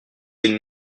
j’ai